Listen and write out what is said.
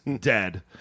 dead